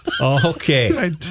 Okay